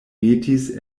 metis